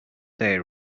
they